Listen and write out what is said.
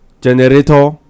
generator